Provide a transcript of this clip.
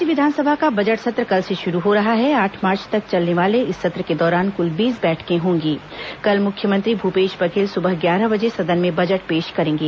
राज्य विधानसभा का बजट सत्र कल से शुरू हो रहा है आठ मार्च तक चलने वाले इस सत्र के दौरान कुल बीस बैठकें होंगी कल मुख्यमंत्री भूपेश बघेल सुबह ग्यारह बजे सदन में बजट पेश करेंगे